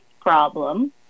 problem